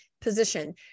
position